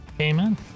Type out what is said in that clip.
Amen